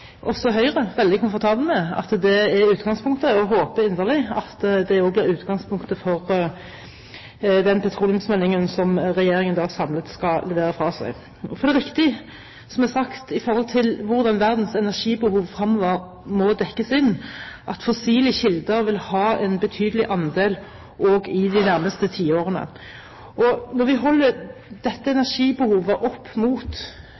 At det er utgangspunktet, er også Høyre veldig komfortabel med og håper inderlig at det også er utgangspunktet for den petroleumsmeldingen som regjeringen samlet skal levere fra seg. For det er riktig som det er sagt om hvordan verdens energibehov fremover må dekkes inn, at fossile kilder vil ha en betydelig andel også i de nærmeste tiårene. Når vi holder dette energibehovet opp mot